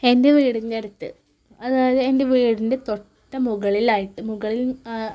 എന്റെ വീടിൻ്റെ അടുത്ത് അതായത് എന്റെ വീടിന്റെ തൊട്ട് മുകളിലായിട്ട് മുകളില്